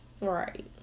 right